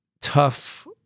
tough